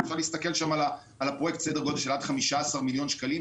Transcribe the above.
אפשר להסתכל שם על הפרויקט בסדר גודל של עד 15 מיליון שקלים,